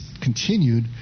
continued